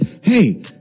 Hey